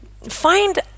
find